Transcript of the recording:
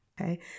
Okay